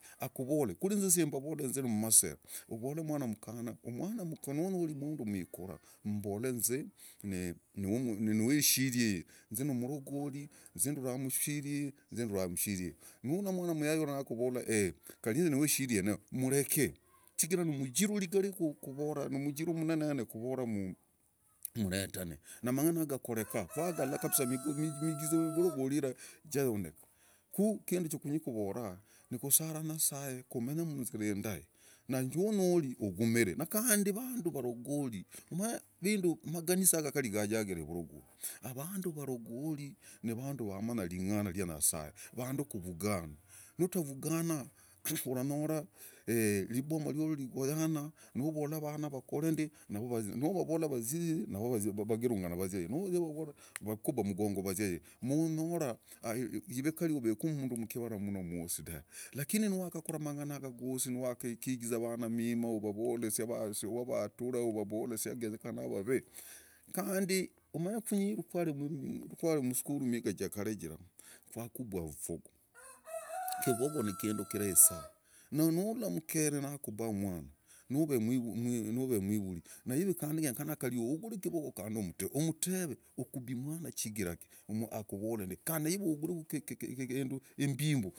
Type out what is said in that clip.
Akovole kule inze sambavole. inze ni umumasava. Ovole umwana mukana nanyori umundu mwikura umumbole inze nuwishiri heye. inze numurogori ndura mushiri yeye. nuhula mwana muyayoyo nakovala kari inze nuwishiri yeneyo mureke chigira numujiru yigaye kovora kovorande muretana. Namangana yaga gakoreka kwagarora. Ku kunye ikindu chakovora nikusara nyasaye kumenye munzira indahe narionyori ugumere. nakande avandu varogori ma umanye amaganisa gajagira evorogiri. avandu varogori na vandu vamanya iringana ryanyasaye. vandu kuvugana. Nutavugana uranyora iriboma ririo rigoyana novola avana vakorende. nuvavola vav iye navo vagirungana vazia y nuvavola nd vakuba umugongo vazia eye. nonyora kari yive oveku umundu mukivara mno mwosi dave. Lakini niwakakora amangana yaga gosi wakigiza avana imima uvavole saa wavatura, uvavole xagenyekana vav. kunde umanye kunye rwakwari musukuru imihiga jakare jira kwakubwa iboko. ekeboko nikindu ikirahe sana. nonyora umukere nakuba umwana nove umwivuri naive genyekana uvugure kari ekeboko kande umuteve ukubi umwana chigiraki akovole nde. kandi yive uvugure imbimbu.